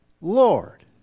Lord